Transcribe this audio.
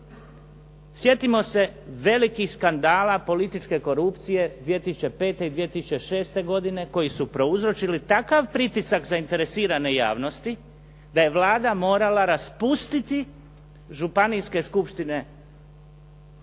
Sjetimo se velikih skandala političke korupcije 2005. i 2006. godine koji su prouzročili takav pritisak zainteresirane javnosti da je Vlada morala raspustiti županijske skupštine u